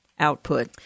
Output